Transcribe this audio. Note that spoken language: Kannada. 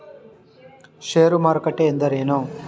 ಷೇರು ಮಾರುಕಟ್ಟೆ ಎಂದರೇನು?